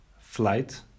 flight